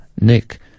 Nick